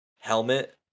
helmet